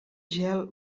gel